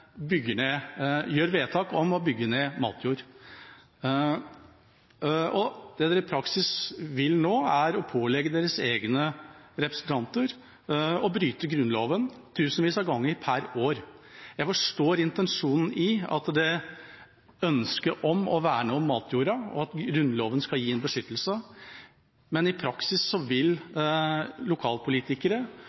gjør vedtak om å bygge ned matjord. Det dere i praksis vil nå, er å pålegge deres egne representanter å bryte Grunnloven tusenvis av ganger per år. Jeg forstår intensjonen, at det er ønsket om å verne om matjorda, og at Grunnloven skal gi en beskyttelse, men i praksis vil lokalpolitikere